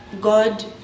God